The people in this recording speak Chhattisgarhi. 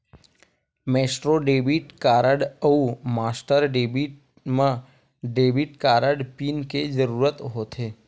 मेसट्रो डेबिट कारड अउ मास्टर डेबिट म डेबिट कारड पिन के जरूरत होथे